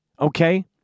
Okay